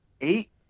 eight